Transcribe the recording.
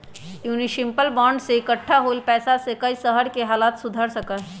municipal bond से इक्कठा होल पैसा से कई शहर के हालत सुधर सका हई